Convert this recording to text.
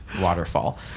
waterfall